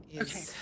okay